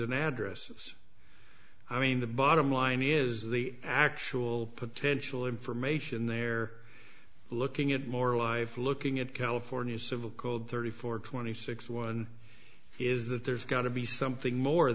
and addresses i mean the bottom line is the actual potential information they're looking at more life looking at california's civil code thirty four twenty six one is that there's got to be something more